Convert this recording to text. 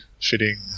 fitting